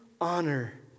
honor